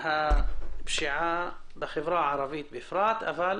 הפשיעה בחברה הערבית ולדעתי זה